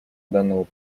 данному